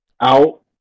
out